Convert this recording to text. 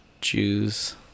Jews